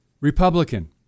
Republican